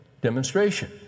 demonstration